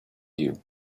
you